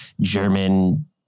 German